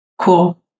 Cool